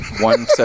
one